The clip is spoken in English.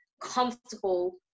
comfortable